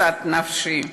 משאת נפשי.